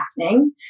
happening